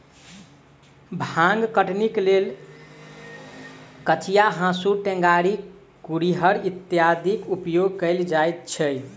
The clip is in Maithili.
भांग कटनीक लेल कचिया, हाँसू, टेंगारी, कुरिहर इत्यादिक उपयोग कयल जाइत छै